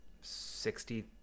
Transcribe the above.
sixty